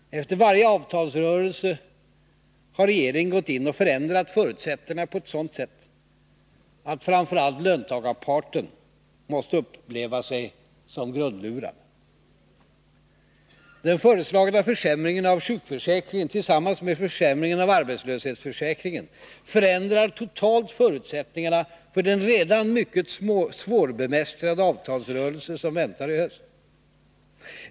Efter varje avtalsrörelse har regeringen gått in och förändrat förutsättningarna på ett sådant sätt att framför allt löntagarparten måste uppleva sig som grundlurad. Den föreslagna försämringen av sjukförsäkringen, tillsammans med försämringen av arbetslöshetförsäkringen, förändrar totalt förutsättningarna för den redan mycket svårbemästrade avtalsrörelse som väntar i höst.